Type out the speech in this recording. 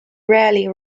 rarely